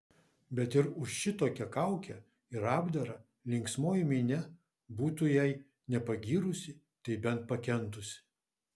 bet ir už šitokią kaukę ir apdarą linksmoji minia būtų jei ne pagyrusi tai bent pakentusi